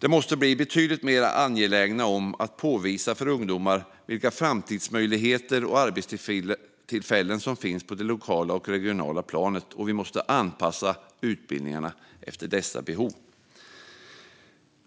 Vi måste bli betydligt mer angelägna om att påvisa för ungdomarna vilka framtidsmöjligheter och arbetstillfällen som finns på det lokala och regionala planet, och vi måste anpassa utbildningarna efter dessa behov.